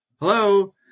Hello